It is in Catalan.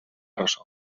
ressò